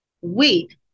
wait